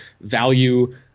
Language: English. value